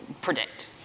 predict